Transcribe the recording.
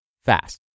fast